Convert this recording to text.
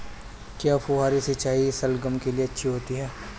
क्या फुहारी सिंचाई शलगम के लिए अच्छी होती है?